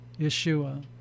Yeshua